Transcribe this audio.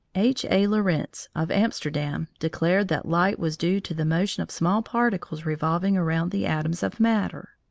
h. a. lorentz, of amsterdam, declared that light was due to the motion of small particles revolving around the atoms of matter.